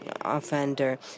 offender